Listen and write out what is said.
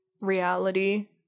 reality